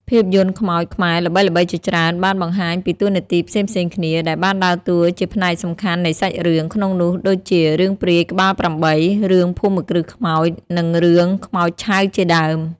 ភាពយន្តខ្មោចខ្មែរល្បីៗជាច្រើនបានបង្ហាញពីតួនាទីផ្សេងៗគ្នា ដែលបានដើរតួជាផ្នែកសំខាន់នៃសាច់រឿង ក្នុងនោះដូចជា រឿងព្រាយក្បាល៨ រឿងភូមិគ្រឹះខ្មោច និងរឿងខ្មោចឆៅជាដើម។